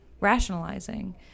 rationalizing